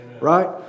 right